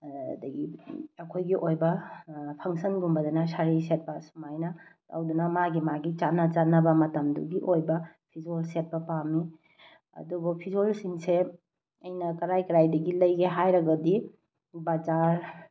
ꯑꯗꯒꯤ ꯑꯩꯈꯣꯏꯒꯤ ꯑꯣꯏꯕ ꯐꯪꯁꯟꯒꯨꯝꯕꯗꯅ ꯁꯥꯔꯤ ꯁꯦꯠꯄ ꯁꯨꯃꯥꯏꯅ ꯑꯗꯨꯗꯨꯅ ꯃꯥꯒꯤ ꯃꯥꯒꯤ ꯆꯥꯟꯅ ꯆꯥꯟꯅꯕ ꯃꯇꯝꯗꯨꯒꯤ ꯑꯣꯏꯕ ꯐꯤꯖꯣꯜ ꯁꯦꯠꯄ ꯄꯥꯝꯃꯤ ꯑꯗꯨꯕꯨ ꯐꯤꯖꯣꯜꯁꯤꯡꯁꯦ ꯑꯩꯅ ꯀꯔꯥꯏ ꯀꯔꯥꯏꯗꯒꯤ ꯂꯩꯒꯦ ꯍꯥꯏꯔꯒꯗꯤ ꯕꯖꯥꯔ